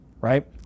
right